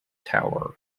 tower